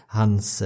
hans